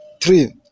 Three